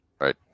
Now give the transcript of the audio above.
right